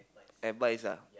advice ah